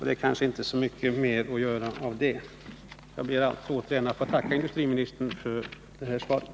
Det kanske inte är så mycket mer att göra av det. Jag ber återigen att få tacka industriministern för det här svaret.